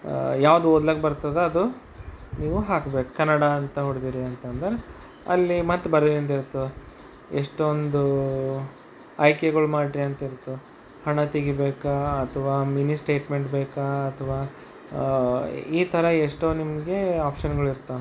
ಯಾವುದು ಓದ್ಲಕ್ಕ ಬರ್ತದೆ ಅದು ನೀವು ಹಾಕಬೆಕು ಕನ್ನಡ ಅಂತ ಹೊಡೆದ್ರಿ ಅಂತಂದ್ರೆ ಅಲ್ಲಿ ಮತ್ತು ಬರೆದು ಇರ್ತದೆ ಎಷ್ಟೊಂದು ಆಯ್ಕೆಗಳು ಮಾಡ್ರಿ ಅಂತ ಇರ್ತು ಹಣ ತೆಗಿಬೇಕಾ ಅಥ್ವಾ ಮಿನಿ ಸ್ಟೇಟ್ಮೆಂಟ್ ಬೇಕಾ ಅಥ್ವಾ ಈ ಥರ ಎಷ್ಟೋ ನಿಮಗೆ ಆಪ್ಷನ್ಗಳು ಇರ್ತಾವೆ